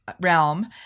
realm